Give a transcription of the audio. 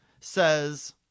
says